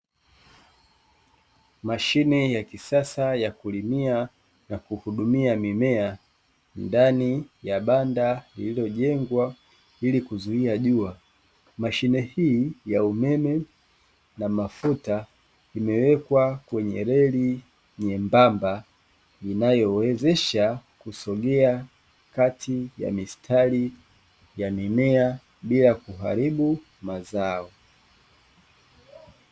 Mashine ya kisasa ya kulimia na kuhudumia mimea ndani ya banda lililojengwa ili kuzuia jua, mashine hii ya umeme na mafuta imewekwa kwenye reli nyembamba inayowezesha kusogea kati ya mistari ya mimea bila kuharibu mazao.